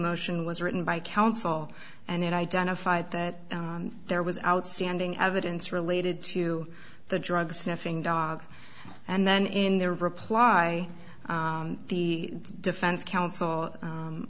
motion was written by counsel and it identified that there was outstanding evidence related to the drug sniffing dog and then in their reply the defense counsel